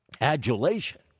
Adulation